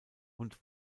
und